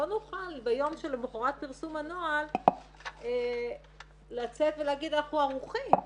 לא נוכל ביום שלמחרת פרסום הנוהל לצאת ולומר שאנחנו ערוכים.